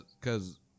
cause